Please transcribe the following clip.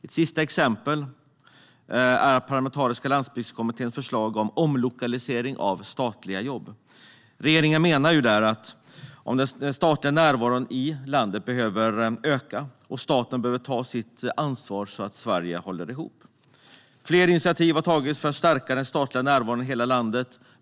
Ett sista exempel är Parlamentariska landsbygdskommitténs förslag om omlokalisering av statliga jobb. Regeringen menar att den statliga närvaron i landet behöver öka och att staten behöver ta sitt ansvar för att Sverige håller ihop. Flera initiativ har tagits för att stärka den statliga närvaron i hela landet.